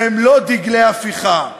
והן לא דגלי הפיכה.